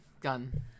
gun